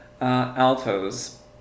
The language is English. Altos